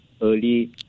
early